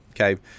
Okay